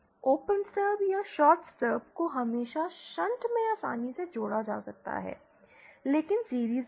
open stubs या shorted stubs को हमेशा शंट में आसानी से जोड़ा जा सकता है लेकिन सीरिज़ में नहीं